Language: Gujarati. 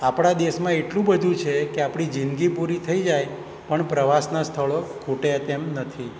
આપણા દેશમાં એટલું બધું છે કે આપણી જિંદગી પૂરી થઈ જાય પણ પ્રવાસના સ્થળો ખૂટે તેમ નથી